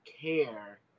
care